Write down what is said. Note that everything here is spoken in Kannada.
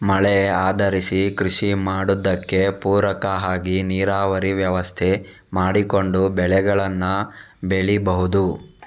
ಮಳೆ ಆಧರಿಸಿ ಕೃಷಿ ಮಾಡುದಕ್ಕೆ ಪೂರಕ ಆಗಿ ನೀರಾವರಿ ವ್ಯವಸ್ಥೆ ಮಾಡಿಕೊಂಡು ಬೆಳೆಗಳನ್ನ ಬೆಳೀಬಹುದು